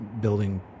building